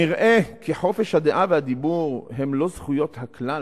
נראה כי חופש הדעה והדיבור הם לא זכויות הכלל,